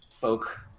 folk